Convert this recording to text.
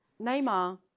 Neymar